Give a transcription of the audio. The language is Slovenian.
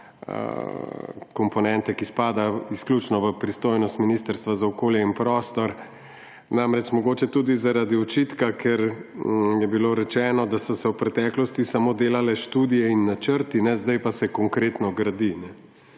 komponente, ki spada izključno v pristojnost Ministrstva za okolje in prostor. Namreč, tudi zaradi očitka, ker je bilo rečeno, da so se v preteklosti delale samo študije in načrti, zdaj pa se konkretno gradi.